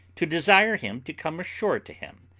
to desire him to come ashore to him,